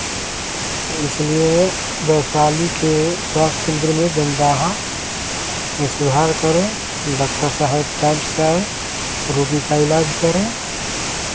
इसलिए वैशाली के स्वास्थ केंद्र में जमदाहा में सुधार करें डाक्टर साहब टाइम से आएं रोगी का इलाज करें